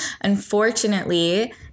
Unfortunately